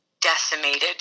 decimated